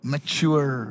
Mature